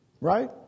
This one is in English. right